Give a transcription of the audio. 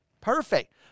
Perfect